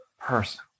person